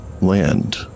land